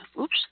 Oops